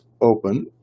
open